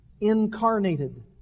incarnated